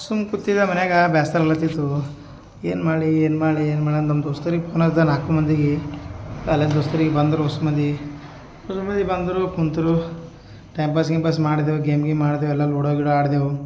ಸುಮ್ ಕೂತಿದ್ದೆ ಮನ್ಯಾಗೆ ಬ್ಯಾಸ್ರಲತಿತ್ತು ಏನು ಮಾಡಲಿ ಏನು ಮಾಡಲಿ ಏನು ಮಾಡಿ ನಮ್ಮ ದೋಸ್ತರಿಗೆ ಪೂನಾದ ನಾಲ್ಕು ಮಂದಿಗೆ ಎಲ್ಲ ದೋಸ್ತರಿಗ್ ಬಂದರು ಹೊಸ ಮಂದಿ ಬಂದರು ಕುಂತರು ಟೈಮ್ ಪಾಸ್ ಗಿಂಪಾಸ್ ಮಾಡಿದ್ವಿ ಗೇಮ್ ಗೀಮ್ ಆಡಿದ್ವಿ ಎಲ್ಲ ಲೂಡೋ ಗಿಡೊ ಆಡಿದೆವು